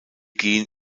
gehen